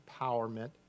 empowerment